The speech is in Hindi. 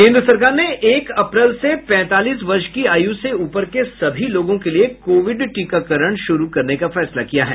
केंद्र सरकार ने एक अप्रैल से पैंतालीस वर्ष की आयु से ऊपर के सभी लोगों के लिए कोविड टीकाकरण शुरू करने का फैसला किया है